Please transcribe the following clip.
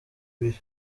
ibiri